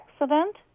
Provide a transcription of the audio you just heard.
accident